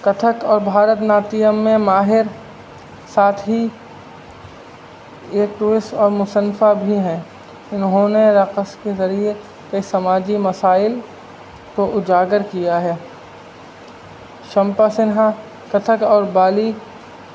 کتھک اور بھارت ناٹیم میں ماہر ساتھ ہی ایک ٹورسٹ اور مصنفہ بھی ہیں انہوں نے رقص کے ذریعے کئی سماجی مسائل کو اجاگر کیا ہے شمپا سنہا کتھک اور بالی